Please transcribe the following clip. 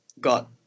got